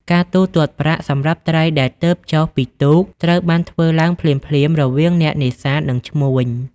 ការទូទាត់ប្រាក់ សម្រាប់ត្រីដែលទើបចុះពីទូកត្រូវបានធ្វើឡើងភ្លាមៗរវាងអ្នកនេសាទនិងឈ្មួញ។